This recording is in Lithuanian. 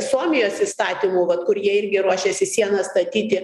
suomijos įstatymų vat kur jie irgi ruošėsi sieną statyti